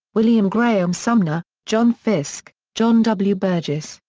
william graham sumner, john fiske, john w. burgess,